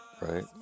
right